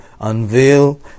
unveil